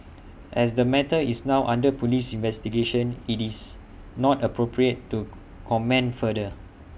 as the matter is now under Police investigation IT is not appropriate to comment further